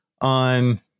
on